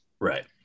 Right